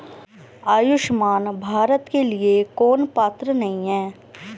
आयुष्मान भारत के लिए कौन पात्र नहीं है?